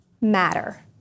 matter